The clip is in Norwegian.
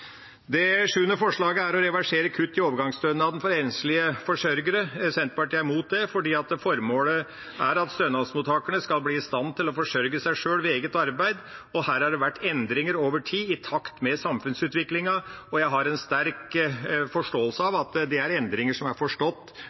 å reversere kutt i overgangsstønaden for enslige forsørgere. Senterpartiet er imot det, fordi formålet er at stønadsmottakerne skal bli i stand til å forsørge seg sjøl ved eget arbeid. Her har det vært endringer over tid i takt med samfunnsutviklingen, og jeg har en sterk forståelse av at det er endringer som er forstått